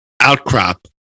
outcrop